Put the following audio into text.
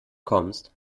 kommst